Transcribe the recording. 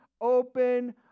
open